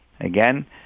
Again